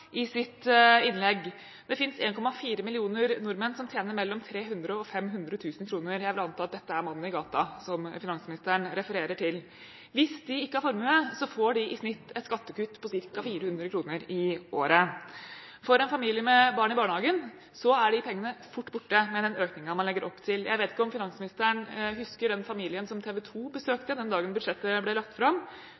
i sitt innlegg. Det finnes 1,4 millioner nordmenn som tjener mellom 300 000 kr og 500 000 kr – jeg vil anta at dette er mannen i gata som finansministeren refererer til. Hvis de ikke har formue, får de i snitt et skattekutt på ca. 400 kr i året. For en familie med barn i barnehagen er de pengene fort borte med den økningen man legger opp til. Jeg vet ikke om finansministeren husker den familien som